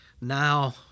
Now